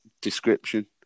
description